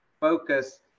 focus